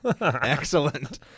Excellent